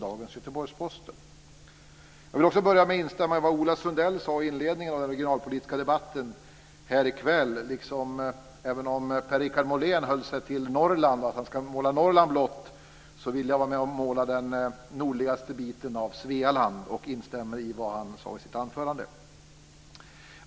Jag vill också börja med att instämma i vad Ola Sundell sade i inledningen av den regionalpolitiska avdelningen i kväll. Per-Richard Molén har sagt att man ska måla Norrland blått. Så vill jag måla den nordligaste biten av Svealand och instämma i vad han sade i sitt anförande.